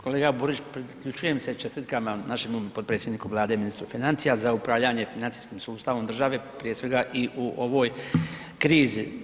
Kolega Borić, priključujem se čestitkama našemu potpredsjedniku Vlade ministru financija za upravljanje financijskim sustavom države prije svega i u ovoj krizi.